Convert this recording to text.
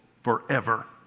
forever